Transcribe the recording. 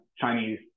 Chinese